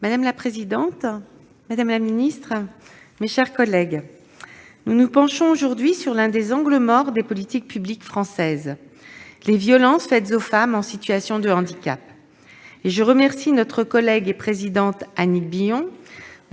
Madame la présidente, madame la secrétaire d'État, mes chers collègues, nous nous penchons aujourd'hui sur l'un des angles morts des politiques publiques françaises : les violences faites aux femmes en situation de handicap. Je remercie notre collègue et présidente Annick Billon